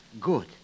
Good